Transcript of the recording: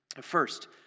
first